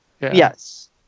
Yes